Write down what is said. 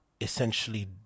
essentially